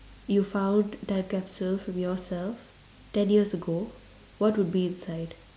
you found time capsule from yourself ten years ago what would be inside